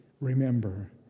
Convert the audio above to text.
remember